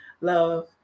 Love